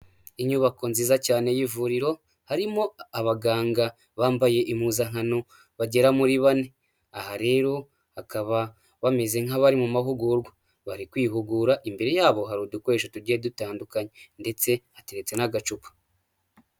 Inyubako nziza cyane y'ivuriro harimo abaganga bambaye impuzankano bagera muri bane. Aha rero bakaba bameze nk'abari mu mahugurwa bari kwihugura, imbere yabo hari udukoresho tugiye dutandukanye ndetse hateretse n'agacupa.